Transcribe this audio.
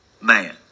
man